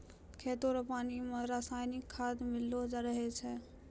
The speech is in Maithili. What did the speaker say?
खेतो रो पानी मे रसायनिकी खाद मिल्लो रहै छै